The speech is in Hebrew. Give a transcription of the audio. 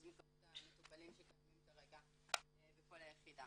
מכמות המטופלים שקיימים כרגע בכל היחידה.